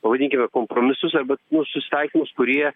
pavadinkime kompromisus arba nu susitaikymus kurie